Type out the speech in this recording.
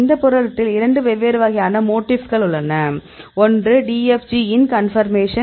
இந்த புரதத்தில் இரண்டு வெவ்வேறு வகையான மோட்டிஃப்கள் உள்ளன ஒன்று DFG IN கன்பர்மேஷன்